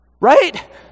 right